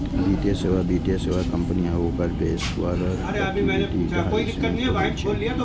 वित्तीय सेवा वित्तीय सेवा कंपनी आ ओकर पेशेवरक गतिविधि धरि सीमित होइ छै